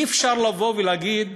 אי-אפשר לבוא ולהגיד